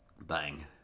Bang